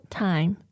time